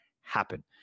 happen